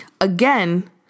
Again